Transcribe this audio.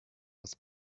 das